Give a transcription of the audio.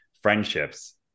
friendships